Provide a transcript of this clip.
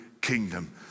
kingdom